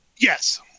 Yes